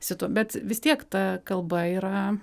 situ bet vis tiek ta kalba yra